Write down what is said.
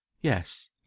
Yes